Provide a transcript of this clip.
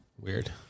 Weird